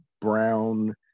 brown